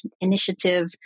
initiative